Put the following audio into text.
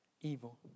evil